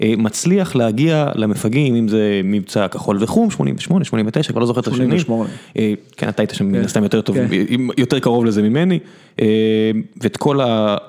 מצליח להגיע למפגעים אם זה מבצע כחול וחום 88, 89, אני לא זוכר את השניים. כן אתה היית שם מן הסתם יותר טוב, יותר קרוב לזה ממני את כל ה.